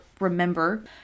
remember